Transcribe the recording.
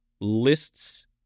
lists